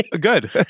Good